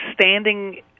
standing